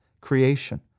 creation